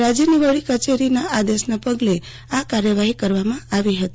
રાજયની વડી કચેરીના આદેશના પગલે આ કાર્યવાહી કરવામાં આવી અહતી